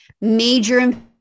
Major